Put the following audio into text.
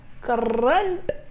current